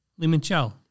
Limoncello